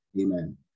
Amen